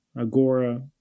Agora